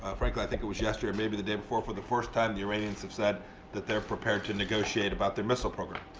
ah frankly, i think it was yesterday or maybe the day before for the first time, the iranians have said that they're prepared to negotiate about their missile program.